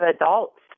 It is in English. adults